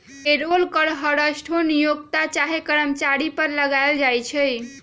payroll कर हरसठ्ठो नियोक्ता चाहे कर्मचारी पर लगायल जाइ छइ